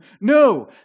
No